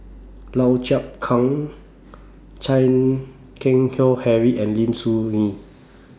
Lau Chiap Khai Chan Keng Howe Harry and Lim Soo Ngee